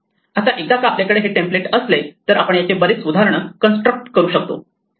आता एकदा का आपल्याकडे हे टेम्प्लेट असले तर आपण याचे बरेच उदाहरणे कन्स्ट्रक्ट करू शकतो